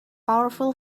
powerful